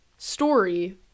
story